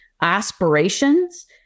aspirations